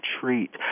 treat